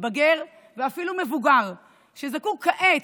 מתבגר ואפילו מבוגר שזקוקים כעת,